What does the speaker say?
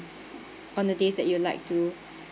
on the days that you'll like to